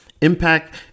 Impact